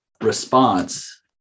response